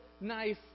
nice